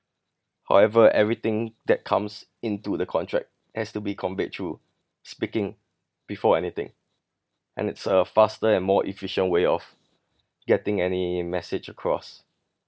however everything that comes into the contract has to be conveyed through speaking before anything and it's a faster and more efficient way of getting any message across